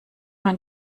man